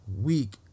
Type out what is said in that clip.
week